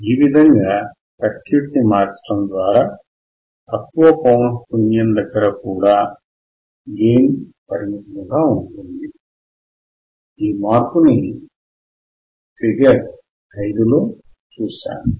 ఈ విధంగా సర్క్యూట్ మార్చడం ద్వారా తక్కువ పౌనఃపుణ్యం దగ్గర కూడా గైన్ పరిమితంగా ఉంటుంది ఈ మార్పుని ఫిగర్ 5 లో చూశాము